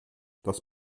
das